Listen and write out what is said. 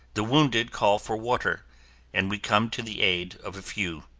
the wounded call for water and we come to the aid of a few.